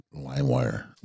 limewire